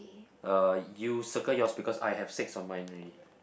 uh you circle yours because I have six on mine ready